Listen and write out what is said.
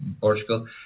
Portugal